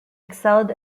excelled